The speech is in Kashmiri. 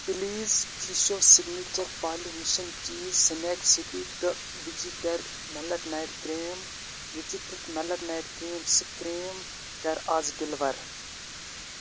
پٕلیٖز فِشو سِگنیٖچَر پارلی مِشَن چیٖز سٕنیک سِٹی تہٕ وِجِٹَر مٮ۪لَٹ نایٹ کرٛیم وِجِٹَر مٮ۪لَٹ نایٹ کرٛیم سُہ کرٛیم کَر آز ڈِلوَر